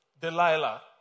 Delilah